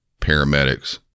paramedics